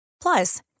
Plus